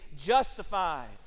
justified